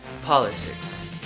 Politics